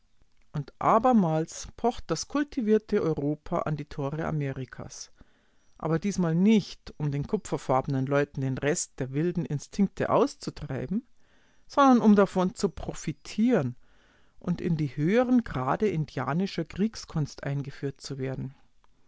und abermals pocht das kultivierte europa an die tore amerikas aber diesmal nicht um den kupferfarbenen leuten den rest der wilden instinkte auszutreiben sondern um davon zu profitieren und in die höheren grade indianischer kriegskunst eingeführt zu werden